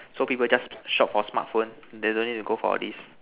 so people just shop for smart phone they don't need to go for all this